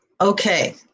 Okay